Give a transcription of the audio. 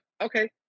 Okay